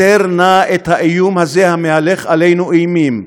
הסר נא את האיום הזה המהלך עלינו אימים.